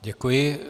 Děkuji.